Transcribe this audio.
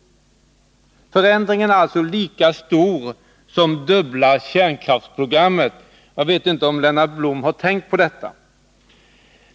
Förändringen är alltså lika stor som dubbla kärnkraftsprogrammet. Jag vet inte om Lennart Blom har tänkt på detta.